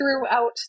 throughout